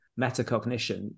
metacognition